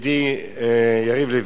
ידידי יריב לוין,